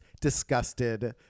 disgusted